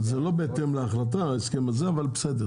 זה לא בהתאם להחלטה ההסכם אבל בסדר